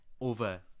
over